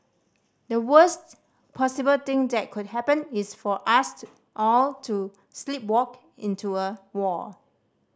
the worsts possible thing that could happen is for us all to sleepwalk into a war